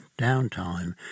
downtime